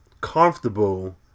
comfortable